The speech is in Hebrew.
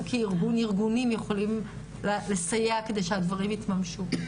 כארגונים יכולים לסייע כדי שהדברים יתממשו.